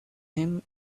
him